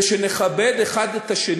ושנכבד זה את זה.